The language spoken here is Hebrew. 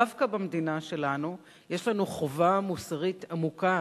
דווקא במדינה שלנו יש לנו חובה מוסרית עמוקה